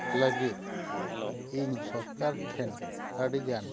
ᱞᱟᱹᱜᱤᱫ ᱤᱧ ᱥᱚᱨᱠᱟᱨ ᱴᱷᱮᱱ ᱟᱹᱰᱤ ᱜᱟᱱ